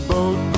Boat